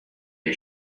new